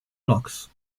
blocks